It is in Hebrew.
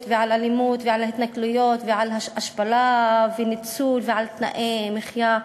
ועל אלימות ועל ההתנכלויות ועל השפלה וניצול ועל תנאי מחיה,